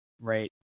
right